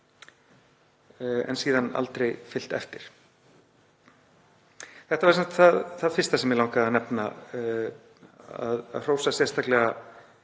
síðan aldrei verið fylgt eftir. Þetta var það fyrsta sem mig langaði að nefna, að hrósa sérstaklega